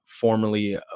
formerly